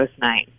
tonight